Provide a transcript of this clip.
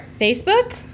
Facebook